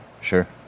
Sure